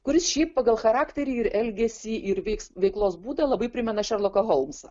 kuris šiaip pagal charakterį ir elgesį ir vyks veiklos būdą labai primena šerloką holmsą